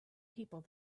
people